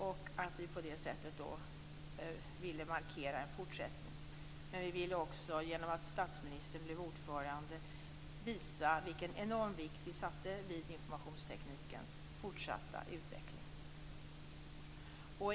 Vi ville på det sättet markera en fortsättning. Vi ville också, genom att statsministern blev ordförande, visa vilken enorm vikt vi lade vid informationsteknikens fortsatta utveckling.